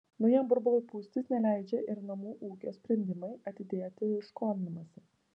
naujam burbului pūstis neleidžia ir namų ūkio sprendimai atidėti skolinimąsi